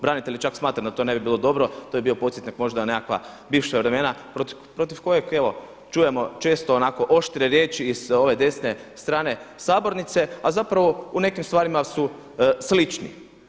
Branitelji čak smatraju da to ne bi bilo dobro, to je bio podsjetnik na možda nekakva bivša vremena protiv kojeg evo čujemo često onako oštre riječi i sa ove desne strane sabornice, a zapravo u nekim stvarima su slični.